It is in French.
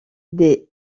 des